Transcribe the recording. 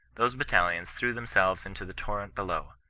those battalions threw themselves into the torrent below,